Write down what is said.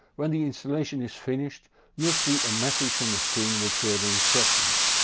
when the installation is finished you'll see a message on the screen with further instructions.